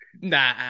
nah